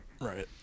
Right